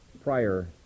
prior